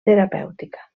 terapèutica